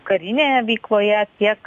karinėje veikloje tiek